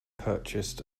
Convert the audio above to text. purchased